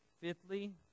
fifthly